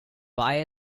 buy